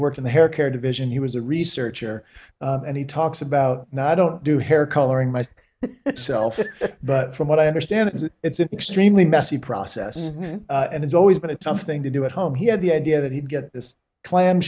worked in the hair care division he was a researcher and he talks about now i don't do hair coloring my itself but from what i understand it's an extremely messy process and it's always been a tough thing to do at home he had the idea that he'd get this clam